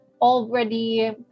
already